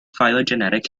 phylogenetic